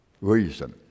reason